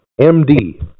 MD